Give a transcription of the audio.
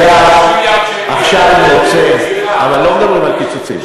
וגם אם היו את התוצאות, טוב, תנו,